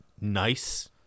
nice